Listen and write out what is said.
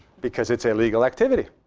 because it's a legal activity.